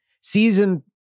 season